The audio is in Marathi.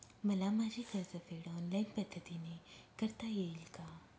मला माझे कर्जफेड ऑनलाइन पद्धतीने करता येईल का?